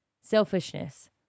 Selfishness